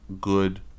good